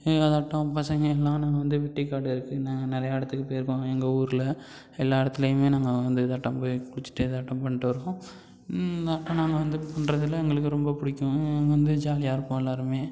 ஏதாவது ஆட்டம் பசங்கள் எல்லாம் நாங்கள் வந்து வெட்டிக்காடு இருக்குது நாங்கள் நிறையா இடத்துக்கு போயிருக்கோம் எங்கள் ஊர்ல எல்லா இடத்துலையுமே நாங்கள் வந்து இதாட்டம் போய் குடிச்சிட்டு இதாட்டம் பண்ணிட்டு வருவோம் அப்போ நாங்கள் வந்து பண்ணுறதுல எங்களுக்கு ரொம்ப பிடிக்கும் நாங்கள் வந்து ஜாலியாக இருப்போம் எல்லாருமே